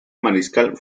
mariscal